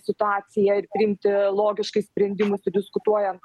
situaciją ir priimti logiškai sprendimus diskutuojant